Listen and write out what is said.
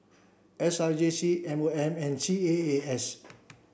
S R J C M O M and C A A S